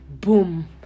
boom